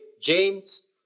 James